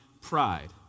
pride